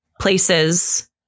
places